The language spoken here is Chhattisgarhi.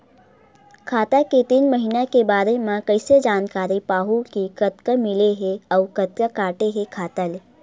खाता के तीन महिना के बारे मा कइसे जानकारी पाहूं कि कतका निकले हे अउ कतका काटे हे खाता ले?